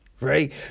right